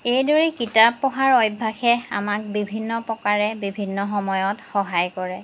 এইদৰেই কিতাপ পঢ়াৰ অভ্যাসে আমাক বিভিন্ন প্ৰকাৰে বিভিন্ন সময়ত সহায় কৰে